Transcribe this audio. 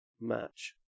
match